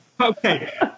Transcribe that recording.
Okay